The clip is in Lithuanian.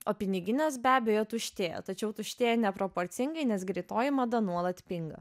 o piniginės be abejo tuštėja tačiau tuštėja neproporcingai nes greitoji mada nuolat pinga